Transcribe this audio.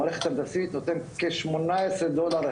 למולטי-דיסציפלינריות,